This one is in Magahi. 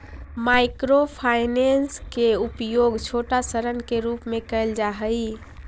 माइक्रो फाइनेंस के उपयोग छोटा ऋण के रूप में कैल जा हई